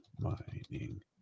Mining